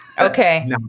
Okay